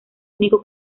único